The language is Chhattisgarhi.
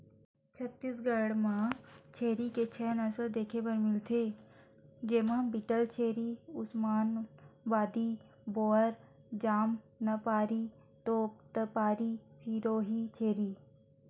छत्तीसगढ़ म छेरी के छै नसल देखे बर मिलथे, जेमा बीटलछेरी, उस्मानाबादी, बोअर, जमनापारी, तोतपारी, सिरोही छेरी